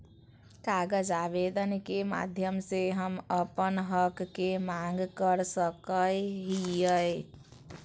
कागज आवेदन के माध्यम से हम अपन हक के मांग कर सकय हियय